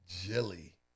Jilly